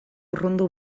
urrundu